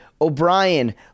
O'Brien